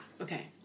okay